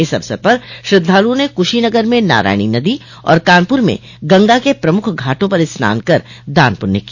इस अवसर पर श्रद्धालुओं ने कुशीनगर नारायणी नदी और कानपुर में गंगा के प्रमुख घाटों पर स्नान कर दान पुण्य किया